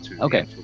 okay